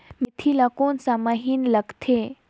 मेंथी ला कोन सा महीन लगथे?